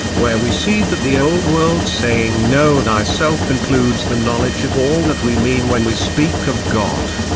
where we see that the old-world saying know thyself includes the knowledge of all that we mean when we speak of god.